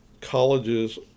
colleges